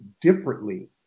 differently